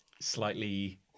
slightly